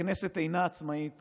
הכנסת אינה עצמאית